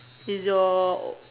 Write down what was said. is your